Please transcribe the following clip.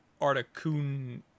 Articun